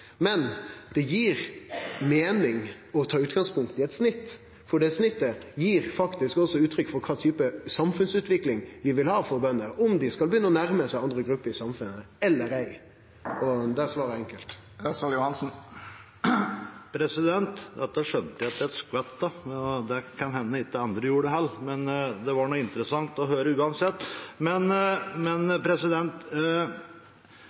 Men det gir meining å ta utgangspunkt i eit snitt, for det snittet gir faktisk uttrykk for kva type samfunnsutvikling vi vil ha for bønder, om dei skal begynne å nærme seg andre grupper i samfunnet – eller ei – og da er svaret enkelt. Dette skjønte jeg ikke et kvekk av, og det kan det hende at ikke andre gjorde heller, men det var da interessant å høre uansett.